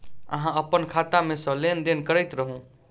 अहाँ अप्पन खाता मे सँ लेन देन करैत रहू?